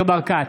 ניר ברקת,